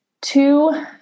two